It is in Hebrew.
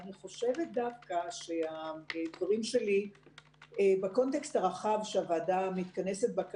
אני חושבת דווקא שהדברים שלי בקונטקסט הרחב שהוועדה מתכנסת בו כרגע,